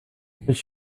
because